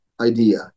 idea